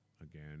Again